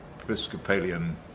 Episcopalian